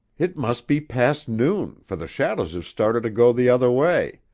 it must be past noon, for the shadows have started to go the other way.